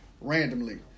Randomly